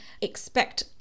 expect